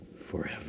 Forever